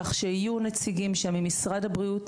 כך שיהיו שם נציגים ממשרד הבריאות,